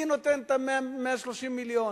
מי נותן את ה-130 מיליון.